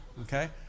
Okay